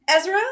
Ezra